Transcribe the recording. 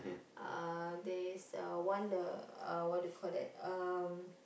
uh there is the one the uh what they call it um